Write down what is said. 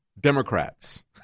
Democrats